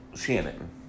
Shannon